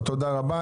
תודה רבה.